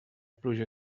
pluja